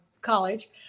college